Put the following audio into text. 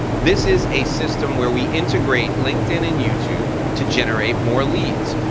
this is a system where we integrate linkedin and youtube to generate more leads,